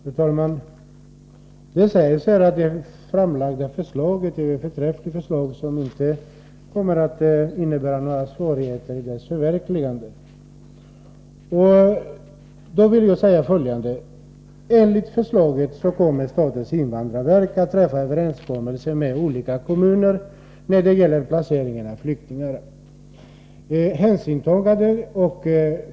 Fru talman! Det sägs här att det framlagda förslaget är ett förträffligt förslag, vars förverkligande inte kommer att innebära några svårigheter. Då vill jag anföra följande. Enligt förslaget skall statens invandrarverk träffa en överenskommelse med olika kommuner om placeringen av flyktingar.